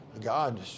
God